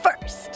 first